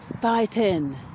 fighting